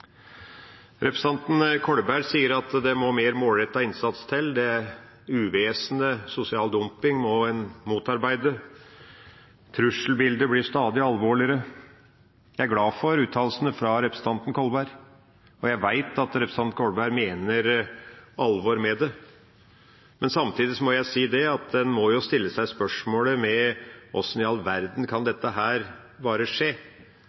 Representanten Kolberg sier at det må mer målrettet innsats til. Uvesenet sosial dumping må en motarbeide. Trusselbildet blir stadig alvorligere. Jeg er glad for uttalelsene fra representanten Kolberg, og jeg vet at representanten Kolberg mener alvor med det. Samtidig må en stille seg spørsmålet: Hvordan i all verden kan dette skje?